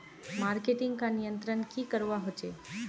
Marketing का नियंत्रण की करवा होचे?